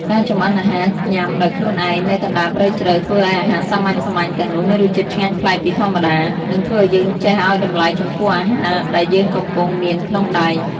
ការចម្អិនអាហារញ៉ាំដោយខ្លួនឯងនៅកណ្ដាលព្រៃជ្រៅធ្វើឱ្យអាហារសាមញ្ញៗទាំងនោះមានរសជាតិឆ្ងាញ់ប្លែកពីធម្មតា និង ធ្វើឱ្យយើងចេះឱ្យតម្លៃចំពោះអាហារដែលយើងកំពុងមានក្នុងដៃ។